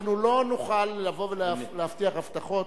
אנחנו לא נוכל לבוא ולהבטיח הבטחות.